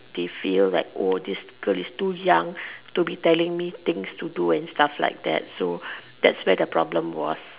they feel like oh this girl is too young to me telling me things to do and stuff like that so that's where the problem was